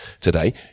today